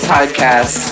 podcast